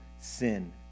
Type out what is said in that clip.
sin